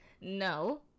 No